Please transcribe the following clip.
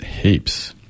heaps